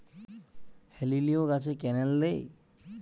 হেলিলিও গাছে ক্যানেল দেয়?